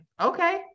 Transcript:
okay